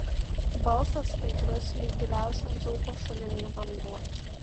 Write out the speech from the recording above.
balsas skaidrus lyg giliausiam dzūko šuliny vanduo